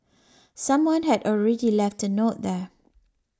someone had already left a note there